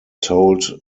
told